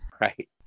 Right